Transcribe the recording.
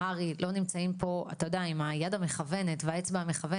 הוועדה שמתכנסת כאן היום היא ועדה משותפת.